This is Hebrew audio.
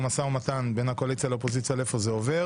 משא ומתן בין הקואליציה לאופוזיציה איפה זה עובר.